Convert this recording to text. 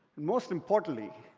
and most importantly,